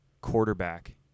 quarterback